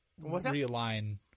realign